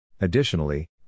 Additionally